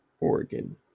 Oregon